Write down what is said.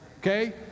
Okay